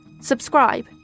subscribe